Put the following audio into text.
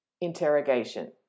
interrogation